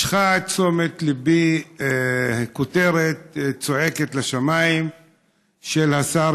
משכה את תשומת ליבי כותרת צועקת לשמיים של השר